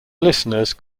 listeners